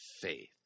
faith